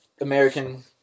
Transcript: American